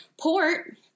port